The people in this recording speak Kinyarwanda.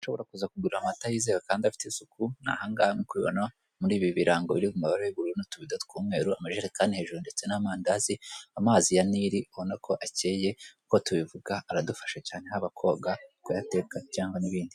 Nshoboraga kuza kugura amata yizewe kandi afite isuku nahanga no kwibona muri ibi birango biri mu mabare yu bururu n'utubido tw'umweru amajerekani hejuru ndetse n'amandazi amazi ya nili urabona ko akeye, nk'uko tubivuga aradufasha cyane haba koga kuyateka cyangwa n'ibindi.